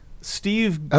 Steve